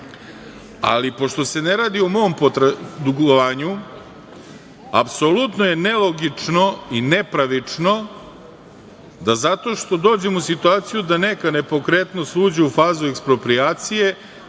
Ali, pošto se ne radi o mom dugovanju, apsolutno je nelogično i nepravično da zato što dođem u situaciju da neka nepokretnost uđe u fazu eksproprijacije